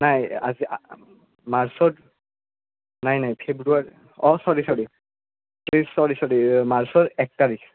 নাই আজি মাৰ্চৰ নাই নাই ফেব্ৰুৱাৰী অঁ ছৰী ছৰী ছৰী ছৰী মাৰ্চৰ এক তাৰিখ